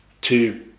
two